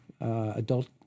adult